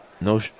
No